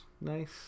nice